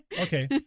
Okay